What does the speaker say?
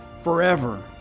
forever